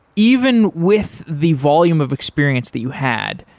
even with the volume of experience that you had,